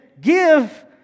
give